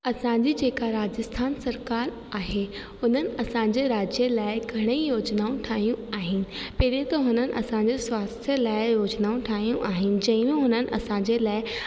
असांजी जेका राजस्थान सरकारु आहे हुननि असांजे राज्य लाइ घणे ई योजनाऊं ठाहियूं आहिनि पहिरे त हुननि असांजो स्वास्थ्य लाइ योजनाऊं ठाहियूं आहिनि जयूं हुनन असांजे लाइ